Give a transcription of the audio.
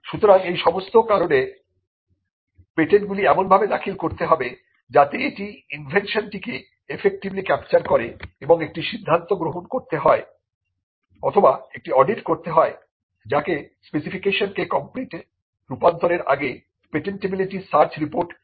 সুতরাং এই সমস্ত কারণে পেটেন্ট গুলি এমনভাবে দাখিল করতে হবে যাতে এটি ইনভেনশনটিকে এফেক্টিভলি ক্যাপচার করে এবং একটি সিদ্ধান্ত গ্রহণ করতে হয় অথবা একটি অডিট করতে হয় যাকে স্পেসিফিকেশন কে কমপ্লিটে রূপান্তরের আগে পেটেন্টেবিলিটি সার্চ রিপোর্ট তৈরি করা বলে